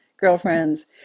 girlfriends